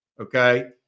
Okay